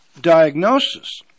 diagnosis